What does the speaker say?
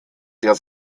der